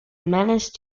menace